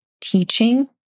teaching